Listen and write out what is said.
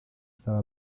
asaba